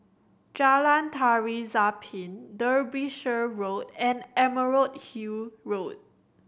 Jalan Tari Zapin Derbyshire Road and Emerald Hill Road